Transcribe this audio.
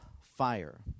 fire